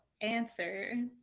answer